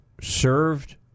served